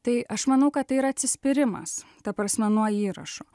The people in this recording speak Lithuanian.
tai aš manau kad tai yra atsispyrimas ta prasme nuo įrašo